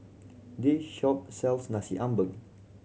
this shop sells Nasi Ambeng